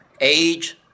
age